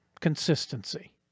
consistency